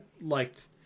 liked